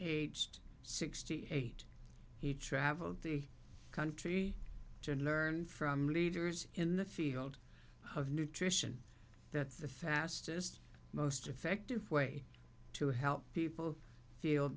age sixty eight he traveled the country to learn from leaders in the field of nutrition that the fastest most effective way to help people feel